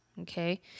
okay